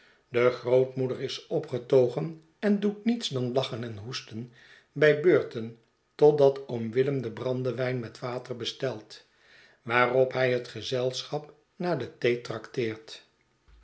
de grootmoeder is opgetogen en doet niets dan lachen en hoesten bij beurten totdat oom willem den brandewijn met water bestelt waarop hij het gezelschap na de